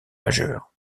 majeur